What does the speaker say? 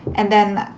and then,